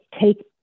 take